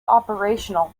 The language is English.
operational